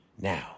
Now